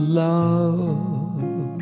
love